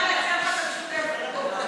לרשותך, גברתי, שלוש דקות.